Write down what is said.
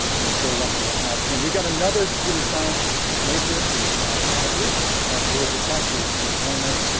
and we're so lucky to have him. we've got another computer science major, who is now graduate of georgia tech, who is gonna join us.